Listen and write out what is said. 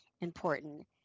important